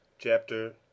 Chapter